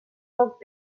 poc